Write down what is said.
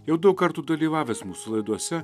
jau daug kartų dalyvavęs mūsų laidose